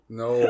no